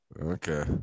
okay